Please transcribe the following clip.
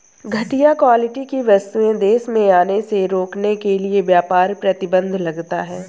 घटिया क्वालिटी की वस्तुएं देश में आने से रोकने के लिए व्यापार प्रतिबंध लगता है